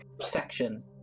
section